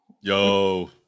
Yo